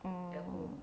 mm